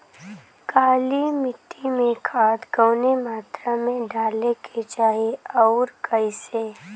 काली मिट्टी में खाद कवने मात्रा में डाले के चाही अउर कइसे?